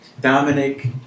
Dominic